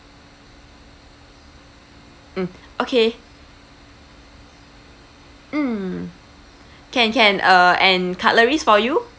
mm okay mm can can uh and cutleries for you